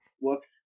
Whoops